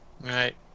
right